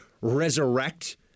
resurrect